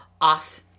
off